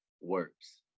works